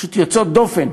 יוצאות דופן,